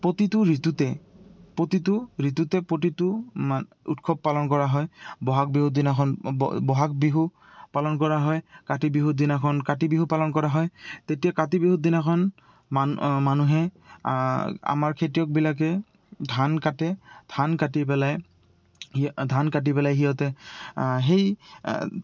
প্ৰতিটো ঋতুতে প্ৰতিটো ঋতুতে প্ৰতিটো মান উৎসৱ পালন কৰা হয় বহাগ বিহুৰ দিনাখন বহাগ বিহু পালন কৰা হয় কাতি বিহুৰ দিনাখন কাতি বিহু পালন কৰা হয় তেতিয়া কাতি বিহুৰ দিনাখন মানু মানুহে আমাৰ খেতিয়কবিলাকে ধান কাটে ধান কাটি পেলাই ধান কাটি পেলাই সিহঁতে সেই